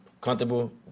comfortable